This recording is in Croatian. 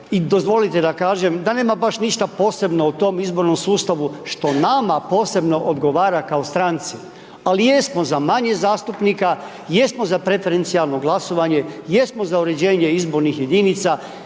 dozvolite da kažem da nema baš ništa posebno u tom izbornom sustavu što nama posebno odgovara kao stranci, ali jesmo za manje zastupnika, jesmo za prefencionalno glasovanje, jesmo za uređenje izbornih jedinica,